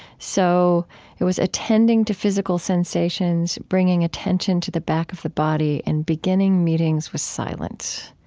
so it was attending to physical sensations, bringing attention to the back of the body, and beginning meetings with silence.